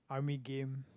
army game